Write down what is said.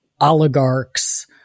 oligarchs